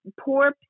poor